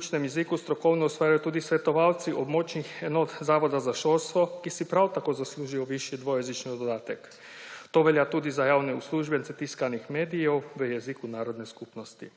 učnem jeziku strokovno / nerazumljivo/ tudi svetovalci območnih enot Zavoda za šolstvo, ki si prav tako zaslužijo višji dvojezični dodatek. To velja tudi za javne uslužbence tiskanih medijev v jeziku narodne skupnosti.